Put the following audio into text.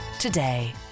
today